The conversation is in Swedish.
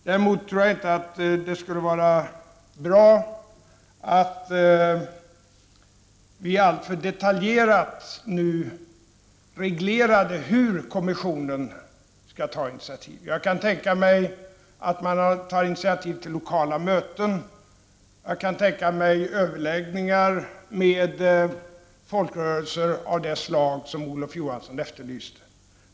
Däremot tror jag inte att det skulle vara bra att nu alltför detaljerat reglera vilka initiativ som kommissionen skall ta. Jag kan tänka mig att kommissionen tar initiativ, av det slag som Olof Johansson efterlyste, till lokala möten och till överläggningar med folkrörelser.